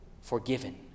Forgiven